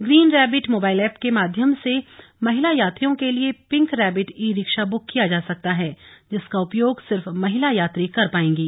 green rabbit mobile app के माध्यम से महिला यात्रियों के लिये pink rabbit e rickshaw book किया जा सकता है जिसका उपयोग सिर्फ महिला यात्री कर पाएंगी